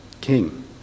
king